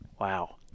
Wow